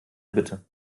bitte